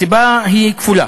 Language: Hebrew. הסיבה היא כפולה: